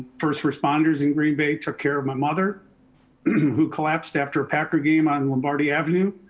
first responders in green bay took care of my mother who collapsed after a pecker game on lombardi avenue.